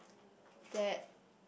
that